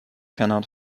cannot